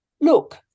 Look